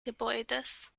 gebäudes